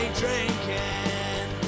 drinking